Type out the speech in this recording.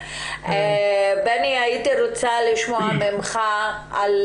בני, הייתי רוצה לשמוע ממך על